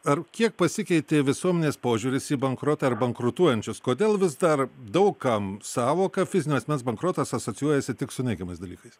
ar kiek pasikeitė visuomenės požiūris į bankrotą ar bankrutuojančius kodėl vis dar daug kam sąvoka fizinio asmens bankrotas asocijuojasi tik su neigiamais dalykais